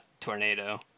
Tornado